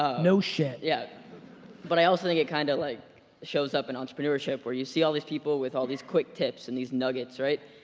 ah no shit. yeah but i also think it kinda kind of like shows up and entrepreneurship where you see all these people with all these quick tips and these nuggets right?